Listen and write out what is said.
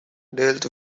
dealt